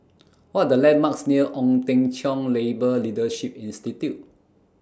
What Are The landmarks near Ong Teng Cheong Labour Leadership Institute